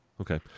Okay